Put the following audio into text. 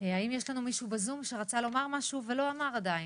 האם יש לנו מישהו נוסף בזום שרצה לומר משהו ולא אמר עדיין?